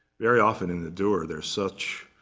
very often in the door, there's such